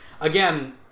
again